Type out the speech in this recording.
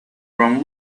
from